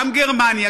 גם גרמניה,